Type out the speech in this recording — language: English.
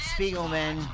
Spiegelman